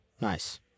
Nice